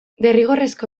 derrigorrezko